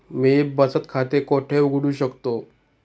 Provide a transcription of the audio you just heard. मी बचत खाते कोठे उघडू शकतो?